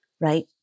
Right